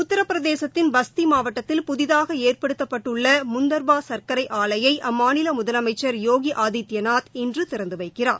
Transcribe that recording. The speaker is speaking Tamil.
உத்திரபிரதேசத்தின் பஸ்தி மாவட்டத்தில் புதிதாக ஏற்படுத்தப்பட்டுள்ள முண்டர்வா சர்க்கரை ஆலையை அம்மாநில முதலமைச்சர் யோகி ஆதித்பநாத் இன்று திறந்து வைக்கிறார்